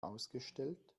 ausgestellt